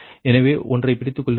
எனவே ஒன்றைப் பிடித்துக் கொள்ளுங்கள்